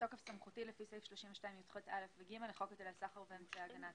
בתוקף סמכותי לפי סעיף 32יח(א) ו-(ג) לחוק היטלי סחר ואמצעי הגנה,